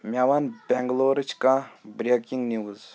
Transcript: مےٚ وَن بینگلورٕچ کانٛہہ برٛیکِنٛگ نیٛوٗز